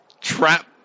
trap